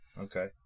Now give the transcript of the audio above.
Okay